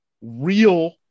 real